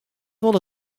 wol